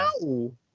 no